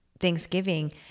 Thanksgiving